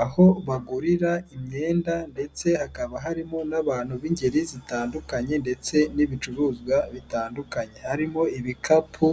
Aho bagurira imyenda ndetse hakaba harimo n'abantu b'ingeri zitandukanye ndetse n'ibicuruzwa bitandukanye, harimo ibikapu,